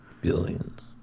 Billions